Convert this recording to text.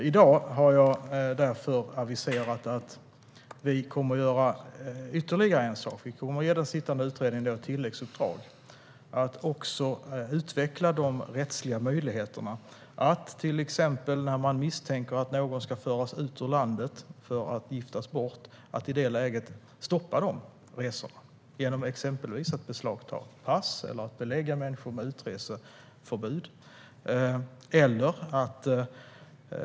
I dag har jag därför aviserat att vi kommer att göra ytterligare en sak, nämligen ge den sittande utredningen ett tilläggsuppdrag att också utveckla de rättsliga möjligheterna att till exempel i det läget när man misstänker att någon ska föras ut ur landet för att giftas bort stoppa dessa resor exempelvis genom att beslagta pass eller belägga människor med utreseförbud.